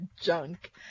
junk